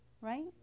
right